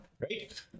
right